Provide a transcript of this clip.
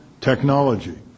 technology